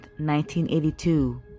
1982